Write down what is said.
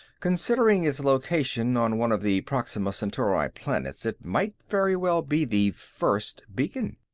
considering its location on one of the proxima centauri planets, it might very well be the first beacon.